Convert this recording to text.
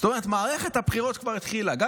זאת אומרת, מערכת הבחירות כבר התחילה.